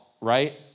right